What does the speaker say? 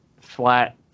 flat